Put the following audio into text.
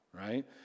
Right